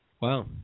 Wow